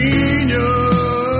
Genius